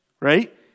right